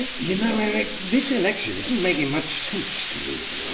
you know, eric, this election isn't making much sense to me at the moment.